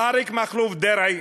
אריק מכלוף דרעי,